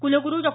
कुलगुरू डॉ